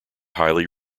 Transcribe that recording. highly